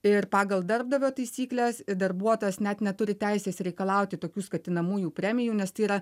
ir pagal darbdavio taisykles i darbuotojas net neturi teisės reikalauti tokių skatinamųjų premijų nes tai yra